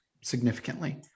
significantly